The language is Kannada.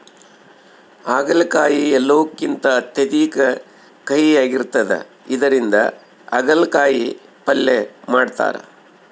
ಆಗಲಕಾಯಿ ಎಲ್ಲವುಕಿಂತ ಅತ್ಯಧಿಕ ಕಹಿಯಾಗಿರ್ತದ ಇದರಿಂದ ಅಗಲಕಾಯಿ ಪಲ್ಯ ಮಾಡತಾರ